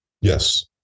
Yes